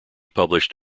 published